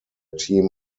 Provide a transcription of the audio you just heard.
team